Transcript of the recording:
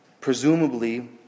Presumably